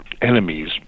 enemies